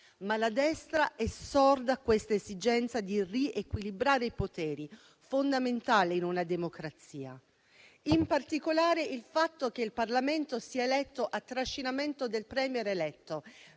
Ma la destra è sorda a questa esigenza di riequilibrare i poteri, che è fondamentale in una democrazia. In particolare, il fatto che il Parlamento sia eletto a trascinamento del *Premier* eletto,